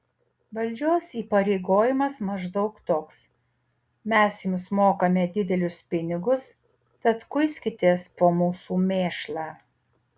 valdžios įpareigojimas maždaug toks mes jums mokame didelius pinigus tad kuiskitės po mūsų mėšlą